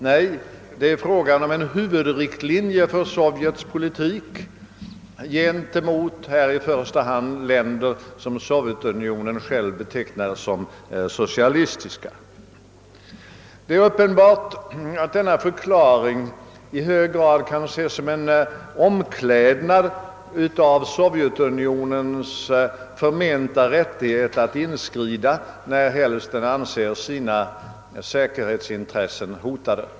Nej, det är fråga om en huvudriktlinje för Sovjets politik mot i första: hand sådana länder som Sovjetunionen själv betecknat :som socialistiska. | Det är uppenbart att denna förklaring i stor utsträckning kan ses som en omklädning av Sovjetunionens förmenta rättighet att inskrida närhelst man anser sina säkerhetsintressen hotade.